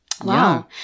wow